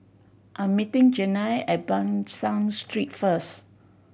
I'm meeting Janelle at Ban San Street first